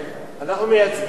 אנחנו מייצגי ציבור.